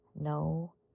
no